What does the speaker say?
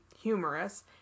humorous